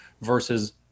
versus